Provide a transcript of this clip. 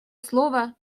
слово